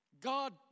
God